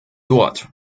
dort